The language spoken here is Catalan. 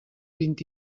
vint